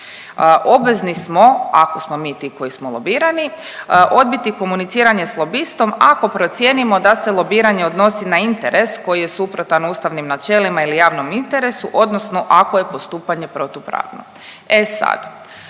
Obvezni smo, ako smo mi ti koji smo lobirani odbiti komuniciranje s lobistom, ako procijenimo da se lobiranje odnosi na interes koji je suprotan ustavnim načelima ili javnom interesu, odnosno ako je postupanje protupravno. E sad,